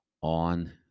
on